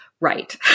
Right